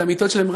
את המיטות שלהם,